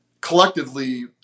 collectively